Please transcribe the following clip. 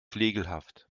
flegelhaft